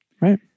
Right